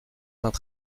vingt